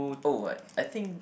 oh I think